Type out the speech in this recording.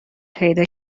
پیدا